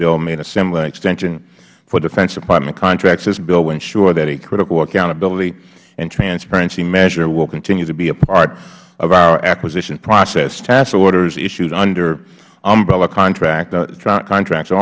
bill made a similar extension for defense department contracts this bill will ensure that a critical accountability and transparency measure will continue to be a part of our acquisition process task orders issued under umbrella contract